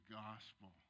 gospel